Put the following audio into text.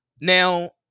Now